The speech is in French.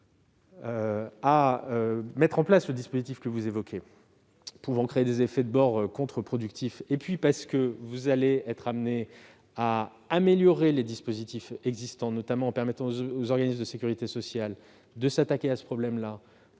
à mettre en place un tel dispositif pouvant créer des effets de bord contreproductifs, et vous allez être amenés à améliorer les dispositifs existants, notamment en permettant aux organismes de sécurité sociale de s'attaquer au problème